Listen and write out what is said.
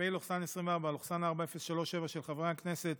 פ/4037/24, של חברי הכנסת